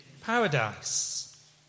paradise